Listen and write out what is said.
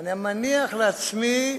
אני מניח לעצמי,